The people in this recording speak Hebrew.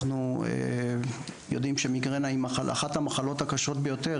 אנחנו יודעים שמיגרנה היא אחת המחלות הקשות ביותר.